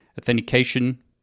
Authentication